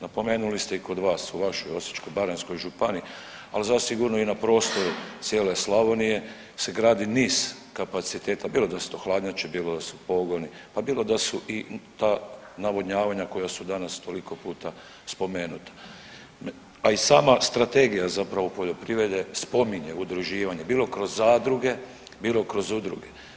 Napomenuli ste i kod vas u vašoj Osječko-baranjskoj županiji, ali zasigurno i na prostoru cijele Slavonije se gradi niz kapaciteta bilo da su to hladnjače, bilo da su pogoni, pa bilo da su i ta navodnjavanja koja su danas toliko puta spomenuta, a i sama strategija zapravo o poljoprivrede spominje udruživanje, bilo kroz zadruge, bilo kroz udruge.